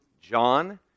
John